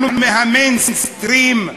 אנחנו מה"מיינסטרים"?